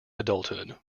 adulthood